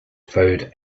food